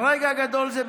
ברגע גדול זה בחיי,